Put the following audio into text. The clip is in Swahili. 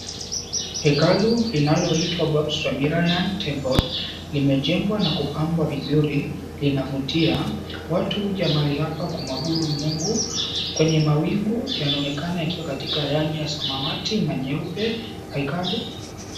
Hekalu linaloitwa Baps Swaminarayan Temple, limejengwa na kupambwa vizuri, linavutia. Watu huja mahali hapa kumuabudu Mungu. Kwenye mawingu, yanaonekana ikiwa katika rangi ya samawati na nyeupe. Hekalu.